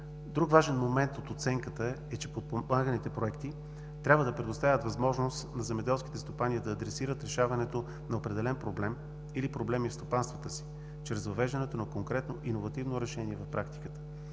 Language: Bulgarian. Друг важен момент от оценката е, че подпомаганите проекти трябва да предоставят възможност на земеделските стопани да адресират решаването на определен проблем или проблеми в стопанствата си чрез въвеждането на конкретно иновативно решение в практиката.